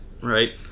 right